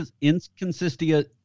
inconsistency